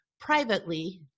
privately